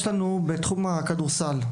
בתחום הכדורסל,